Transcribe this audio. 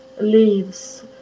leaves